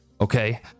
okay